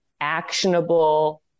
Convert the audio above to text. actionable